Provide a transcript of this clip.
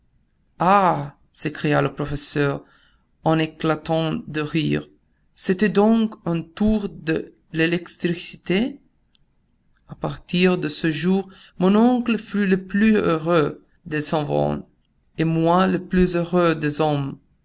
ah s'écria le professeur en éclatent de rire c'était donc un tour de l'électricité a partir de ce jour mon oncle fut le plus heureux des savants et moi le plus heureux des hommes